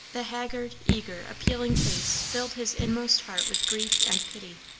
the haggard, eager, appealing face filled his inmost heart with grief and pity.